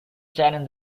challenge